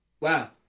wow